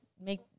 make